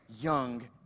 young